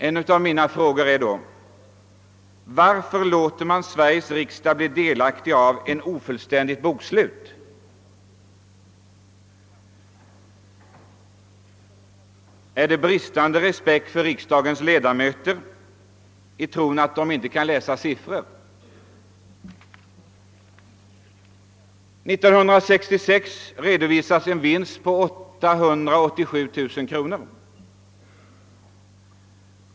Jag vill då fråga: Varför låter man Sveriges riksdag ta del av ett ofullständigt bokslut? Beror det på bristande respekt för riksdagens ledamöter? Tror man inte att de kan läsa siffror? År 1966 redovisades en vinst på 887 000 kronor.